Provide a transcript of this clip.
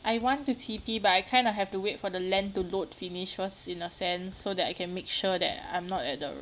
I want to T_P but I kind of have to wait for the land to load finish first in a sense so that I can make sure that I'm not at the